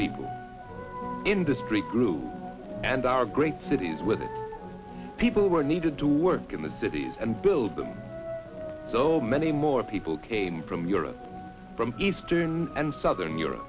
people in this great group and our great cities with people were needed to work in the cities and build them so many more people came from europe from eastern and southern europe